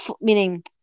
meaning